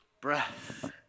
Breath